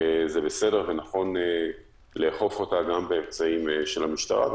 זה בסדר ונכון לאכוף אותה גם באמצעים של המשטרה.